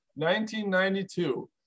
1992